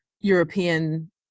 European